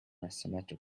asymmetric